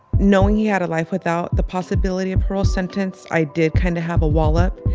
knowing he had a life without the possibility of parole sentence, i did kind of have a wall up.